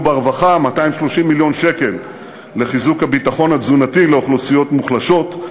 ברווחה 230 מיליון שקל לחיזוק הביטחון התזונתי לאוכלוסיות מוחלשות.